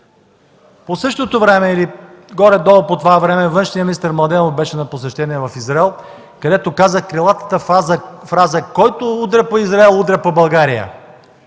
По същото време или горе-долу по това време външният министър Младенов беше на посещение в Израел, където каза крилатата фраза: „Който удря по Израел, удря по България”.